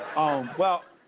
oh, well,